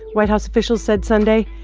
white house officials said sunday,